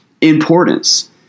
importance